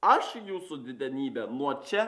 aš jūsų didenybe nuo čia